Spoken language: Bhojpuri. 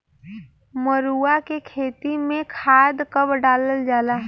मरुआ के खेती में खाद कब डालल जाला?